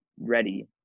ready